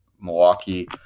Milwaukee